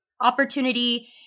opportunity